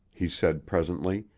he said presently,